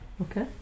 Okay